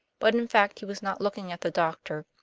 but in fact he was not looking at the doctor.